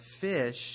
fish